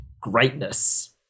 greatness